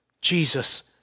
Jesus